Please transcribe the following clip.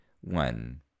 one